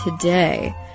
today